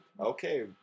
Okay